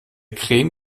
creme